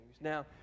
Now